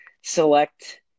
select